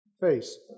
face